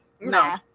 no